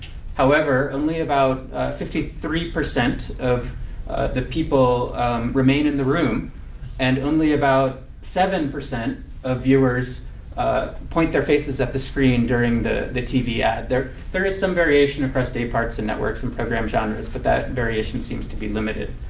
however, only about fifty three percent of the people remain in the room and only about seven percent of viewers point their faces at the screen during the the tv ad. there there is some variation across day parts and networks and program genres. but that variation seem to be limited.